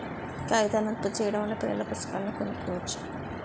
కాగితాన్ని ఉత్పత్తి చేయడం వల్ల పిల్లల పుస్తకాలను కొనుక్కోవచ్చు